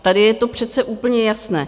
Tady je to přece úplně jasné.